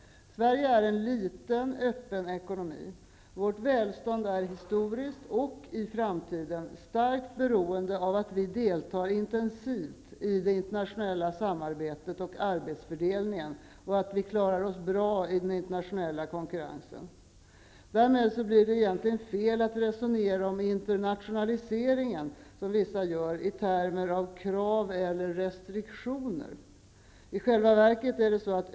Sverige är en liten öppen ekonomi. Vårt välstånd är historiskt och i framtiden starkt beroende av att vi deltar intensivt i det internationella samarbetet och arbetsfördelningen och att vi klarar oss bra i den internationella konkurrensen. Därmed blir det egentligen fel att resonera om internatonaliseringen som vissa gör i termer av krav eller restriktioner.